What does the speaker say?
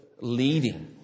leading